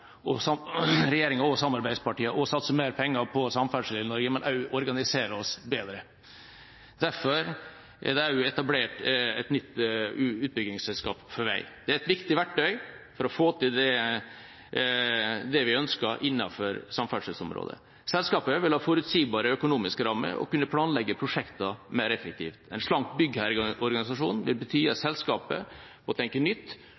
på å organisere oss bedre. Derfor er det også etablert et nytt utbyggingsselskap for vei. Det er et viktig verktøy for å få til det vi ønsker innenfor samferdselsområdet. Selskapet vil ha forutsigbare økonomiske rammer og vil kunne planlegge prosjekter mer effektivt. En slank byggherreorganisasjon vil bety at selskapet må tenke nytt,